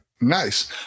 Nice